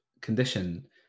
condition